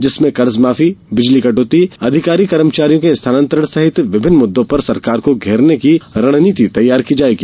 जिसमें कर्ज माफी बिजली कटौती अधिकारी कर्मचारियों के स्थानांतरण सहित विभिन्न मुद्दों पर सरकार को घेरने की रणनीति तैयार की जाएगी